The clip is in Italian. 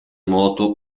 moto